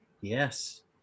Yes